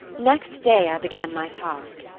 next day i began my task,